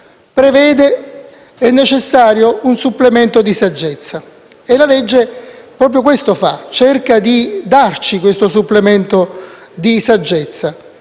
saggio «è necessario un supplemento di saggezza». La legge proprio questo fa: cerca di darci un supplemento di saggezza.